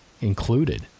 included